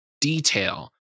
detail